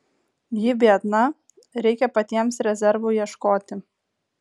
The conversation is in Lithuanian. ji biedna reikia patiems rezervų ieškoti